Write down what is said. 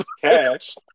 Cash